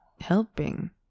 helping